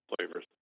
flavors